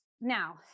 now